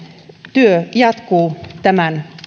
työ jatkuu tämän